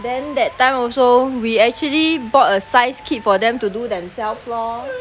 then that time also we actually bought a size keep for them to do themselves lor